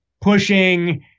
pushing